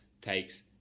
takes